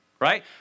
right